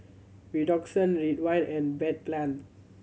Redoxon Ridwind and Bedpan